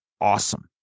awesome